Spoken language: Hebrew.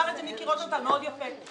אמר את זה מיקי רוזנטל מאוד יפה,